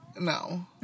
No